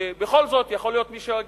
בכל זאת יכול להיות שמישהו יגיד: